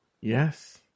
Yes